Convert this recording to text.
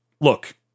look